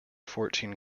fourteen